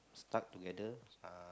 start together